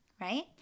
right